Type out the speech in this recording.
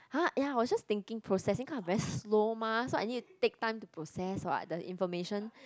!huh! ya I was just thinking processing kind of very slow mah so I need to take time to process what the information